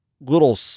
little